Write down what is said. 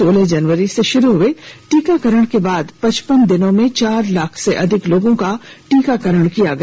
सोलह जनवरी से शुरू हुए टीकाकरण के बाद पचपन दिन में चार लाख से अधिक लोगों का टीकाकरण किया गया